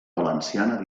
valenciana